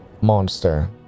monster